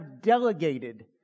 delegated